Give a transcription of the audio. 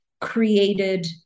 created